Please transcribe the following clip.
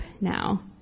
now